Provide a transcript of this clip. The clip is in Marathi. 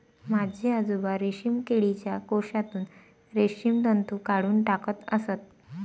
माझे आजोबा रेशीम किडीच्या कोशातून रेशीम तंतू काढून टाकत असत